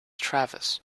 travis